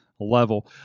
level